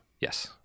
Yes